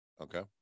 Okay